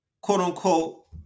quote-unquote